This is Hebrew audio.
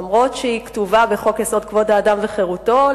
אף-על-פי שהיא כתובה בחוק-יסוד: כבוד האדם וחירותו,